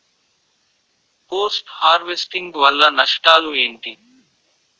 Post harvesting వల్ల నష్టాలు ఏంటి?